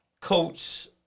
coach